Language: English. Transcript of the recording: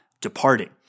departing